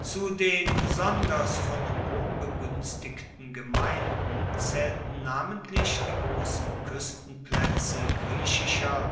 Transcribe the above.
zu den besonders von rom beguenstigten gemeinden zaehlten namentlich die grossen kuestenplaetze griechischer